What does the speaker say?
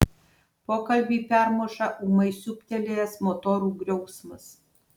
pokalbį permuša ūmai siūbtelėjęs motorų griausmas